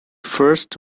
first